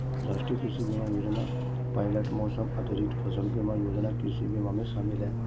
राष्ट्रीय कृषि बीमा योजना पायलट मौसम आधारित फसल बीमा योजना कृषि बीमा में शामिल है